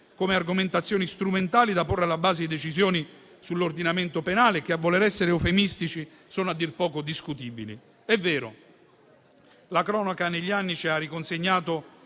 come argomentazioni strumentali da porre alla base di decisioni sull'ordinamento penale, che, a voler essere eufemistici, sono discutibili. È vero: la cronaca negli anni ci ha riconsegnato